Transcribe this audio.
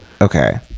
Okay